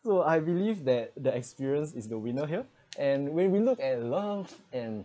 so I believe that the experience is the winner here and when we looked at love and